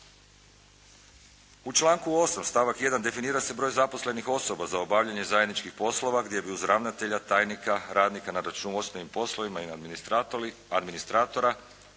U članku 8. stavak 1. definira se broj zaposlenih osoba za obavljanje zajedničkih poslova gdje bi uz ravnatelja, tajnika, radnika na računovodstvenim poslovima i administratora